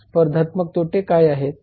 स्पर्धात्मक तोटे काय आहेत